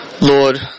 Lord